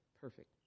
perfect